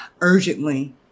urgently